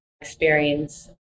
experience